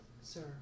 Sir